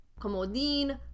comodín